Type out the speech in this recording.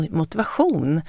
motivation